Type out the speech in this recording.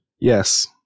Yes